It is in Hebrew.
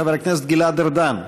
חבר הכנסת גלעד ארדן,